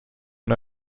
and